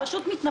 פה אחד נגד,